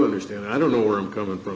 understand i don't know where i'm coming from